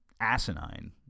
asinine